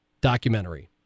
documentary